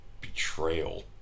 Betrayal